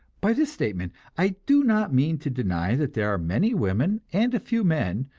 by this statement i do not mean to deny that there are many women, and a few men,